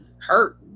hurt